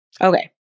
Okay